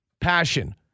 Passion